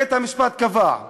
בית-המשפט קבע.